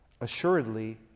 Assuredly